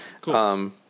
Cool